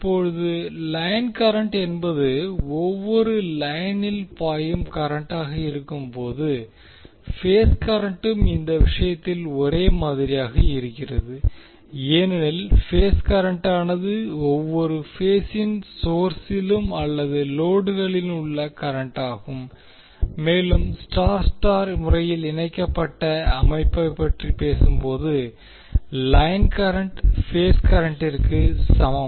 இப்போது line current என்பது ஒவ்வொரு லைனிலும் பாயும் கரண்டாக இருக்கும்போது பேஸ் கரன்ட்டும் இந்த விஷயத்தில் ஒரே மாதிரியாக இருக்கிறது ஏனெனில் பேஸ் கரண்டானது ஒவ்வொரு பேசின் சோர்ஸிலும் அல்லது லோடுகளிலும் உள்ள கரண்டாகும் மேலும் Y Y இணைக்கப்பட்ட அமைப்பைப் பற்றி பேசும்போது லைன் கரண்ட் பேஸ் கரண்ட்டிற்கு சமம்